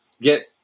Get